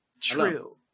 true